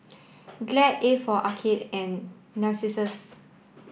Glad A for Arcade and Narcissus